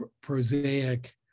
prosaic